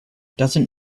doesn’t